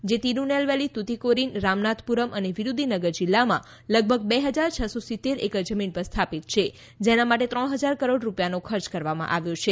જે તિરુનેલવેલી તૂતીકોરિન રામનાથપુરમ અને વિરૂદીનગર જિલ્લામાં લગભગ બે હજાર છસો સિત્તેર એકર જમીન પર સ્થાપિત છે જેના માટે ત્રણ હજાર કરોડ રૂપિયાનો ખર્ચ કરવામાં આવ્યો છે